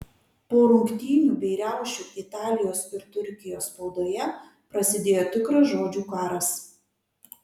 po rungtynių bei riaušių italijos ir turkijos spaudoje prasidėjo tikras žodžių karas